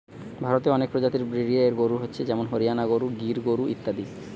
ভারতে অনেক প্রজাতির ব্রিডের গরু হচ্ছে যেমন হরিয়ানা গরু, গির গরু ইত্যাদি